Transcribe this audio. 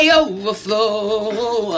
overflow